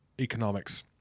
economics